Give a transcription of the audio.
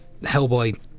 Hellboy